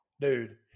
Dude